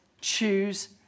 Choose